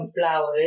flowers